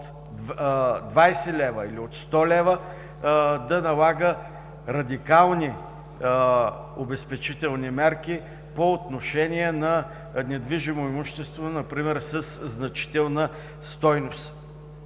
20 или от 100 лв. да налага радикални обезпечителни мерки по отношение на недвижимо имущество например със значителна стойност.